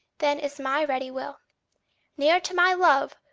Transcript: than is my ready will near to my love,